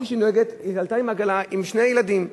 כפי שהיא נוהגת, היא עלתה עם עגלה, עם שני ילדים.